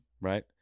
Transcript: right